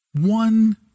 One